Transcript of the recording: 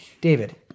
David